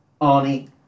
Arnie